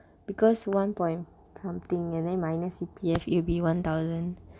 because one point something and then minus C_P_F it'll be one thousand